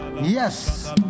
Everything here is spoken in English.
yes